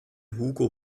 hugo